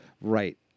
right